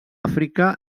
àfrica